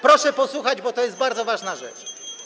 Proszę posłuchać, bo to jest bardzo ważna rzecz.